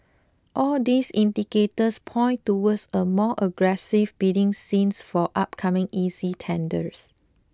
all these indicators point towards a more aggressive bidding scene for upcoming E C tenders